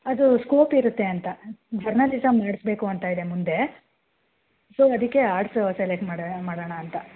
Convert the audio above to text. ಅದು ಸ್ಕೋಪ್ ಇರುತ್ತೆ ಅಂತ ಜರ್ನಲಿಸಮ್ ಮಾಡಿಸ್ಬೇಕು ಅಂತಯಿದೆ ಮುಂದೆ ಸೊ ಅದಕ್ಕೆ ಆರ್ಟ್ಸು ಸೆಲೆಕ್ಟ್ ಮಾಡಿ ಮಾಡೋಣ ಅಂತ